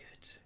Good